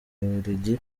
bubiligi